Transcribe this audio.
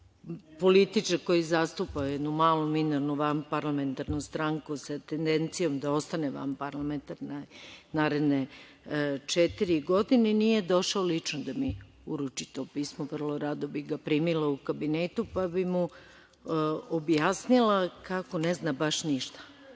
političar koju zastupa jednu malu, minornu, vanparlamentarnu stranku sa tendencijom da ostane vanparlamentarna naredne četiri godine, nije došao lično da mi uruči to pismo. Vrlo rado bih ga primila u kabinetu pa bi mu objasnila kako ne zna baš ništa.